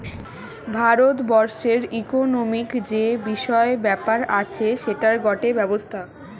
ভারত বর্ষের ইকোনোমিক্ যে বিষয় ব্যাপার আছে সেটার গটে ব্যবস্থা